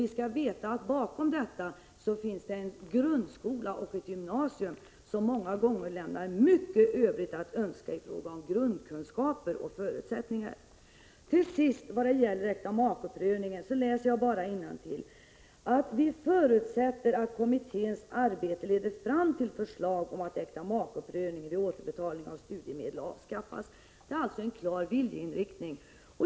Vi skall veta att bakom allt detta finns det en grundskola och ett gymnasium som många gånger lämnar mycket övrigt att önska i fråga om grundkunskaper och andra förutsättningar. Till sist: Beträffande äktamakeprövningen läser jag innantill vad utskottet skriver beträffande motion Sf428 om äktamakeprövning vid återbetalning av studiemedel: ”Motionärerna konstaterar att studiemedelskommittén har att se över denna fråga, och de förutsätter att kommitténs arbete leder fram till förslag att sådan prövning avskaffas.” Det är alltså en klar viljeinriktning.